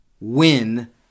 win